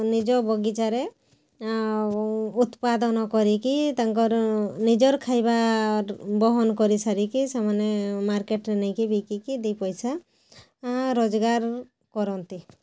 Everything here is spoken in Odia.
ନିଜ ବଗିଚାରେ ଉତ୍ପାଦନ କରିକି ତାଙ୍କର ନିଜର ଖାଇବା ବହନ କରି ସାରିକି ସେମାନେ ମାର୍କେଟ୍ରେ ନେଇକି ବିକିକି ପଇସା ରୋଜଗାର କରନ୍ତି